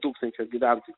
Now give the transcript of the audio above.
tūkstančio gyventojų